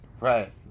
right